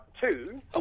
two